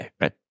right